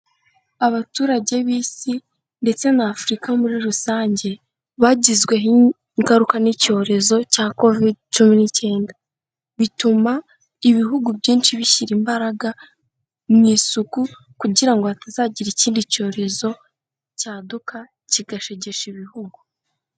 Abaturage b'Isi ndetse na Afurika muri rusange bagizweho ingaruka n'icyorezo cya Kovide Cumi n'Icyenda bituma ibihugu byinshi bishyira imbaraga mu isuku kugira ngo hatazagira ikindi cyorezo cyaduka, kigashegesha ibihugu.